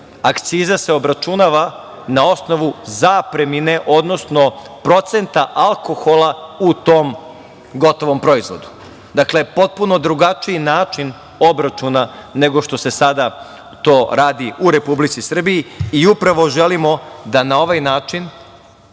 akciza se obračunava na osnovu zapremine odnosno procenta alkohola u tom gotovom proizvodu. Dakle, potpuno drugačiji način obračuna nego što se sada to radi u Republici Srbiji. Upravo želimo da i na ovaj način